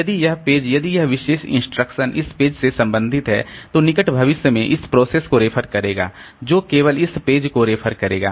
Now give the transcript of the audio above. यदि यह पेज यदि यह विशेष इंस्ट्रक्शन इस विशेष पेज से संबंधित है तो निकट भविष्य में इस प्रोसेस को रेफर करेगा जो केवल इस पेज को रेफर करेगा